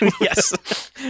Yes